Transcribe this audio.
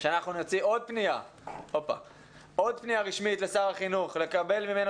שנוציא עוד פנייה רשמית לשר החינוך לקבל ממנו